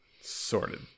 Sorted